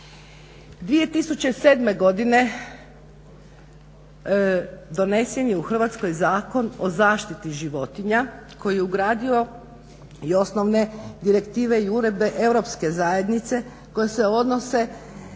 2007. Godine donesen je u Hrvatskoj Zakon o zaštiti životinja koji je ugradio i osnovne direktive i uredbe Europske zajednice koje se odnose